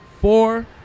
Four